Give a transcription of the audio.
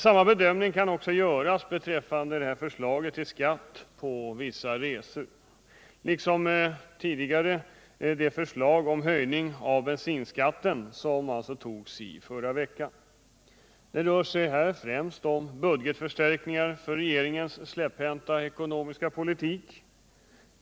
Samma bedömning kan göras beträffande förslaget till skatt på vissa resor liksom beträffande det förslag om höjning av bensinskatten som fattades i förra veckan. Det rör sig främst om budgetförstärkningar till följd av regeringens släpphänta ekonomiska politik.